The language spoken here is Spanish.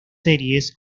series